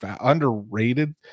underrated